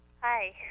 Hi